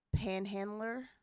panhandler